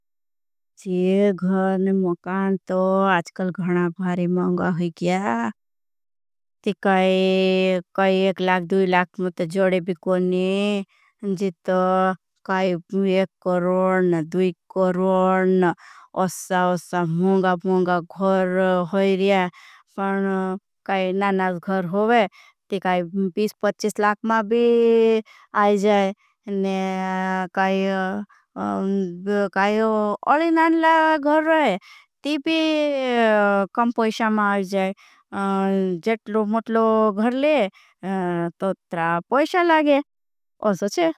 मुझे अच्छा भारे मौंगा हुई किया तो एक लाग। दूई लाग में जोड़े भी कोई नहीं है जित एक करोन दूई करोन अस्था। अस्था मौंगा मौंगा घर होई रहा है पर काई नानाज घर होई ते। काई लाक मां भी आई जाए ने। काई काई अले नानला घर रहे ती भी कम पैशा। मां आई जाए जटलो मुटलो घर ले तो त्राप पैशा लागे असच्छे।